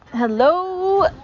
Hello